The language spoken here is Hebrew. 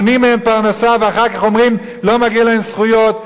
מונעים מהם פרנסה ואחר כך אומרים: לא מגיעות להם זכויות.